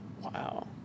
Wow